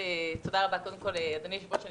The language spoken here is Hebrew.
תודה רבה, אדוני היושב-ראש.